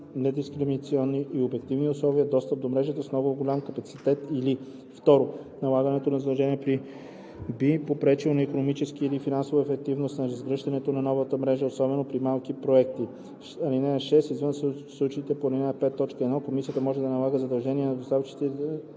недискриминационни и обективни условия достъп до мрежа с много голям капацитет, или 2. налагането на задължения би попречило на икономическата или финансовата ефективност на разгръщането на нова мрежа, особено при малки проекти. (6) Извън случаите по ал. 5, т. 1, комисията може да налага задължения на доставчиците